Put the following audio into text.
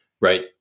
Right